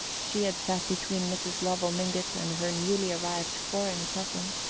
she had sat between mrs. lovell mingott and her newly-arrived foreign cousin.